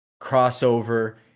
crossover